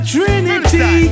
Trinity